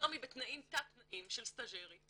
היום היא בתנאים תת תנאים של סטאז'רית,